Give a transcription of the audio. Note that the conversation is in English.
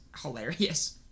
hilarious